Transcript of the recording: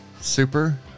Super